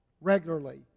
regularly